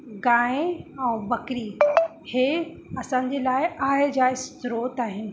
गाहिं ऐं बकरी इहे असांजे लाइ आय जा स्रोत आहिनि